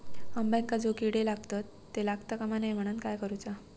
अंब्यांका जो किडे लागतत ते लागता कमा नये म्हनाण काय करूचा?